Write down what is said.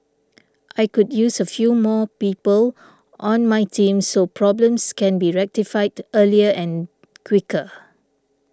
I could use a few more people on my team so problems can be rectified earlier and quicker